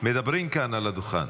מדברים כאן על הדוכן.